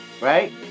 right